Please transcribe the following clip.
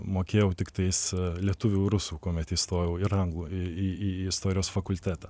mokėjau tiktai lietuvių rusų kuomet įstojau ir anglų į istorijos fakultetą